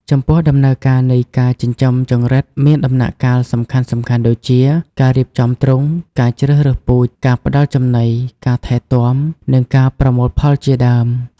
ចំពោះដំណើរការនៃការចិញ្ចឹមចង្រិតមានដំណាក់កាលសំខាន់ៗដូចជា ការរៀបចំទ្រុង ការជ្រើសរើសពូជ ការផ្តល់ចំណី ការថែទាំ និងការប្រមូលផលជាដើម។